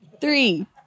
three